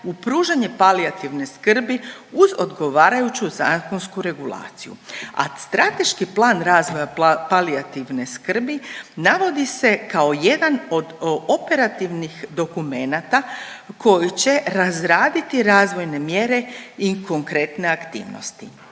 u pružanje palijativne skrbi uz odgovarajuću zakonsku regulaciju. A strateški plan razvoja palijativne skrbi navodi se kao jedan od operativnih dokumenata koji će razraditi razvojne mjere i konkretne aktivnosti.